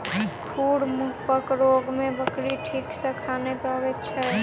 खुर मुँहपक रोग मे बकरी ठीक सॅ खा नै पबैत छै